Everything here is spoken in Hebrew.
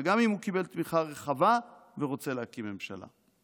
וגם אם הוא קיבל תמיכה רחבה ורוצה להקים ממשלה.